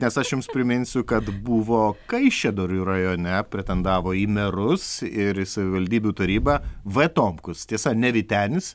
nes aš jums priminsiu kad buvo kaišiadorių rajone pretendavo į merus ir į savivaldybių tarybą v tomkus tiesa ne vytenis